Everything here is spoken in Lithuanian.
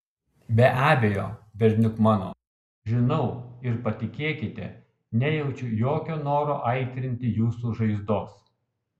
be abejo berniuk mano žinau ir patikėkite nejaučiu jokio noro aitrinti jūsų žaizdos